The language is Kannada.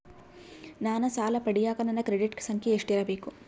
ನಾನು ಸಾಲ ಪಡಿಯಕ ನನ್ನ ಕ್ರೆಡಿಟ್ ಸಂಖ್ಯೆ ಎಷ್ಟಿರಬೇಕು?